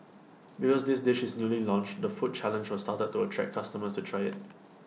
because this dish is newly launched the food challenge was started to attract customers to try IT